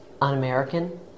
un-American